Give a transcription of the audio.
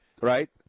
right